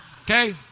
Okay